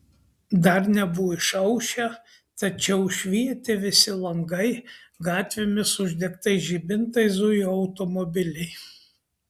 dar nebuvo išaušę tačiau švietė visi langai gatvėmis uždegtais žibintais zujo automobiliai